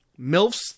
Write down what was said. MILFs